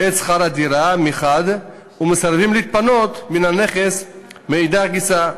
את שכר-הדירה מחד גיסא ומסרבים להתפנות מן הנכס מאידך גיסא.